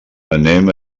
anem